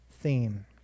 theme